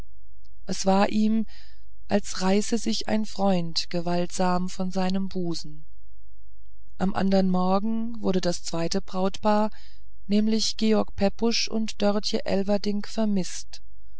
es war ihm als reiße sich ein freund gewaltsam von seinem busen am andern morgen wurde das zweite brautpaar nämlich george pepusch und dörtje elverdink vermißt